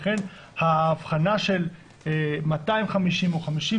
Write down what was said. לכן האבחנה של 250 או 50,